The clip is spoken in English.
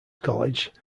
college